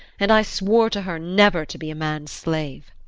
and i swore to her never to be a man's slave.